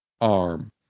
arm